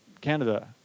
Canada